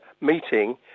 meeting